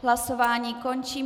Hlasování končím.